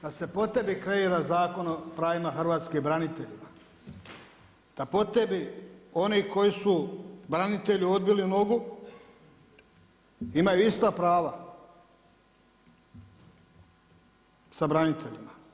Da se po tebi kreira Zakon o pravima hrvatskih branitelja, da po tebi oni koji su branitelji odbili nogu imaju ista prava sa braniteljima?